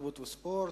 התרבות והספורט,